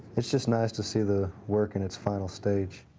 it's just nice to see the work in its final stage.